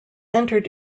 entered